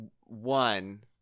One